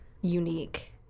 unique